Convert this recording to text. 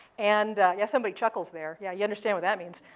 and yeah, somebody chuckles there. yeah you understand what that means.